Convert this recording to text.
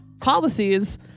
policies